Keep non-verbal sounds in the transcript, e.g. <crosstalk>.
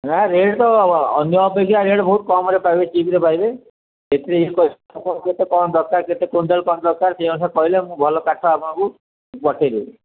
ନାଁ ରେଟ୍ ତ ଅନ୍ୟ ଅପେକ୍ଷା ରେଟ୍ ବହୁତ କମ୍ର ପାଇବେ ଚିପ୍ରେ ପାଇବେ ସେଥିରେ କେତେ <unintelligible> କ'ଣ ଦରକାର କେତେ କୁଇଣ୍ଟାଲ୍ କ'ଣ ଦରକାର ସେଇ ଅନୁସାରେ କହିଲେ ମୁଁ ଭଲ କାଠ ଆପଣଙ୍କୁ ପଠେଇଦେବି